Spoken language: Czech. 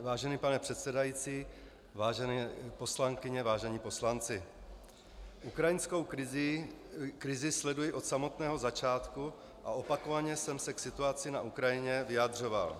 Vážený pane předsedající, vážené poslankyně, vážení poslanci, ukrajinskou krizi sleduji od samého začátku a opakovaně jsem se k situaci na Ukrajině vyjadřoval.